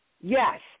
Yes